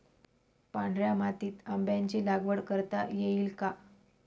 पांढऱ्या मातीत आंब्याची लागवड करता येईल का?